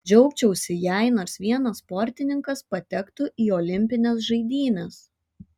džiaugčiausi jei nors vienas sportininkas patektų į olimpines žaidynes